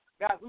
guys